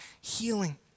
healing